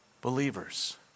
believers